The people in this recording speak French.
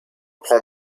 prend